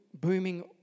booming